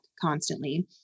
constantly